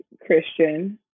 Christian